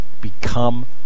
become